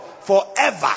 forever